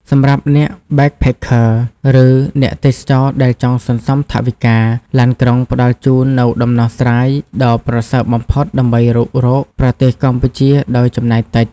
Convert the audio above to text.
សម្រាប់អ្នក backpacker ឬអ្នកទេសចរណ៍ដែលចង់សន្សំថវិកា ឡានក្រុងផ្តល់ជូននូវដំណោះស្រាយដ៏ប្រសើរបំផុតដើម្បីរុករកប្រទេសកម្ពុជាដោយចំណាយតិច។